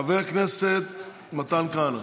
חבר הכנסת מתן כהנא.